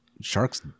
sharks